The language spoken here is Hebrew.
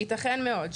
ייתכן מאוד,